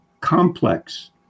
complex